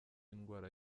indwara